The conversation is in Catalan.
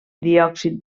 diòxid